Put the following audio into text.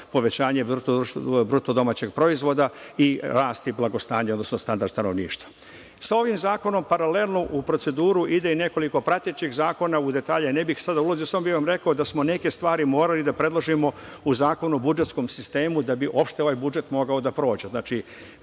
povećanje bruto domaćeg proizvoda i rast i blagostanje, odnosno standard stanovništva. Sa ovim zakonom paralelno u proceduru ide i nekoliko pratećih zakona. U detalje ne bih sada ulazio, ali samo bih vam rekao da smo neke stvari morali da predložimo u Zakonu o budžetskom sistemu da bi uopšte ovaj budžet mogao da prođe.